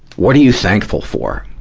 what are you thankful for?